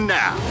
now